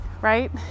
right